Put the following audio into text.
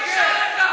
תסתכל,